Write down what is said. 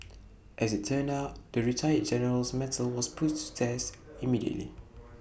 as IT turned out the retired general's mettle was put to the test immediately